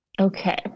Okay